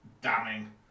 damning